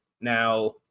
now